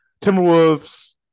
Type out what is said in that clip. Timberwolves